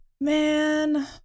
man